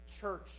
church